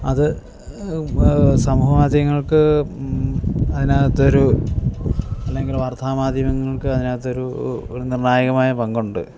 അത് സമൂഹമാധ്യങ്ങൾക്ക് അതിനകത്തൊരു അല്ലെങ്കിൽ വാർത്താമാധ്യമങ്ങൾക്ക് അതിനകത്തൊരു ഒരു നിർണ്ണായകമായ പങ്കുണ്ട്